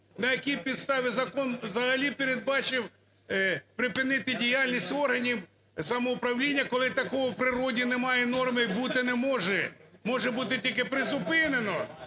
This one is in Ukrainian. На якій підставі закон взагалі передбачив припинити діяльність органів самоуправління, коли такої в природі немає норми і бути не може. Може бути тільки призупинено,